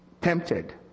tempted